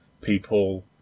People